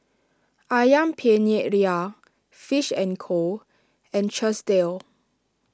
Ayam Penyet Ria Fish and Co and Chesdale